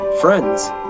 Friends